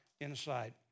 inside